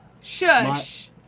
shush